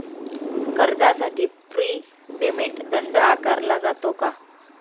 कर्जासाठी prepayment दंड आकारला जातो का?